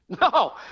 No